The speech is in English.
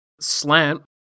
slant